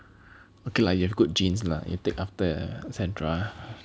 okay lah you have good genes lah you take after Sandra